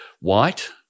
white